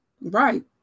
Right